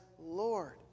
Lord